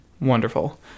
Wonderful